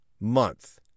month